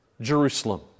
Jerusalem